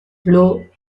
blu